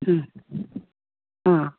ꯎꯝ ꯑꯥ